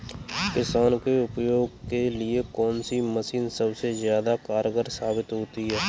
किसान के उपयोग के लिए कौन सी मशीन सबसे ज्यादा कारगर साबित होती है?